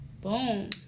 Boom